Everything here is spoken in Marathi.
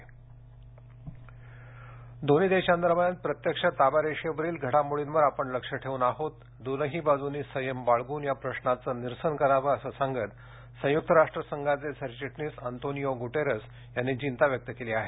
अँटेरिओ गटारेज दोन्ही देशांदरम्यान प्रत्यक्ष ताबा रेषेवरील घडामोडींवर आपण लक्ष ठेवून आहोत दोनही बाजूंनी संयम बाळगून या प्रशाचं निरसन करावं असं सांगत संयुक्त राष्ट्रसंघाचे सरचिटणीस अँटेरिओ गुटारेज यांनी चिंता व्यक्त केली आहे